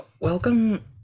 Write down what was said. Welcome